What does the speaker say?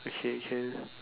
okay can